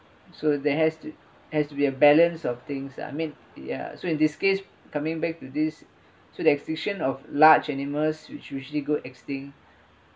so they has to has to be a balance of things ah I mean ya so in this case coming back to this so the extinction of large animals which usually go extinct